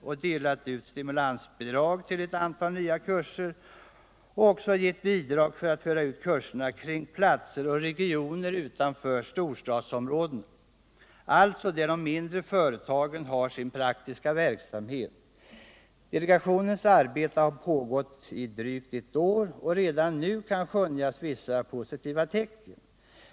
Den har delat ut stimulansbidrag till ett antal nya kurser och även givit bidrag för att föra ut kurserna till platser och regioner utanför storstadsområdena, alltså där de mindre företagen har sin praktiska verksamhet. Delegationens arbete har pågått drygt ett år, och redan nu kan skönjas vissa positiva tecken.